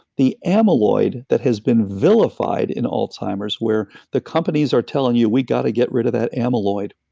the amyloid that has been vilified in alzheimer's, where the companies are telling you, we've got to get rid of that amyloid,